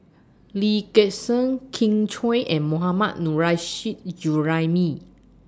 Lee Gek Seng Kin Chui and Mohammad Nurrasyid Juraimi